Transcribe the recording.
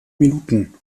minuten